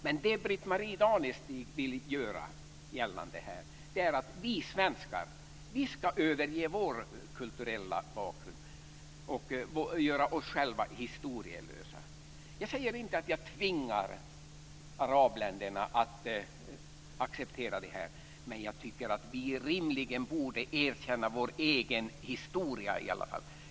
Men det som Britt-Marie Danestig vill göra gällande här är att vi svenskar ska överge vår kulturella bakgrund och göra oss själva historielösa. Jag säger inte att jag tvingar arabländerna att acceptera detta. Men jag tycker att vi rimligen borde erkänna vår egen historia i alla fall.